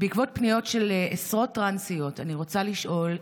בעקבות פניות של עשרות טרנסיות אני רוצה לשאול: